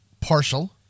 partial